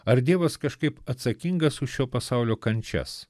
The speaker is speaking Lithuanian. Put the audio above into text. ar dievas kažkaip atsakingas už šio pasaulio kančias